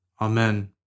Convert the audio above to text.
Amen